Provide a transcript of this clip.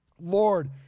Lord